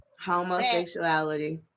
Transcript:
homosexuality